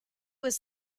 was